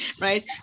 right